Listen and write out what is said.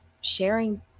sharing